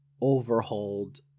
overhauled